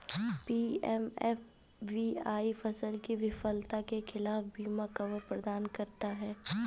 PMFBY फसल की विफलता के खिलाफ बीमा कवर प्रदान करता है